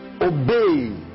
obey